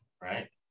right